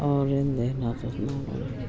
ಅವ್ರಿಂದ ಏನಾದರೂ